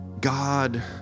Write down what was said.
God